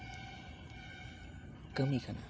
ᱠᱟᱹᱢᱤ ᱠᱟᱱᱟ